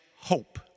hope